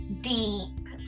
deep